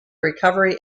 recovery